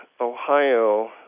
Ohio